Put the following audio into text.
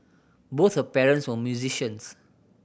both her parents were musicians